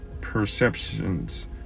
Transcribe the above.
perceptions